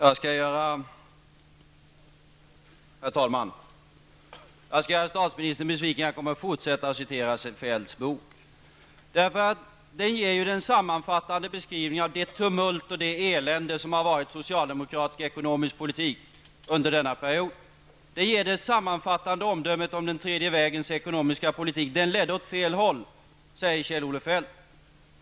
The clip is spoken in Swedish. Herr talman! Jag skall göra statsministern besviken -- jag kommer att fortsätta att citera Feldts bok. Den ger den sammanfattande beskrivningen av det tumult och det elände som varit socialdemokratisk ekonomisk politik under denna period. Den ger det sammanfattande omdömet om den tredje vägens ekonomiska politik: Den ledde åt fel håll, säger Kjell-Olof Feldt.